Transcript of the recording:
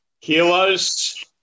Kilos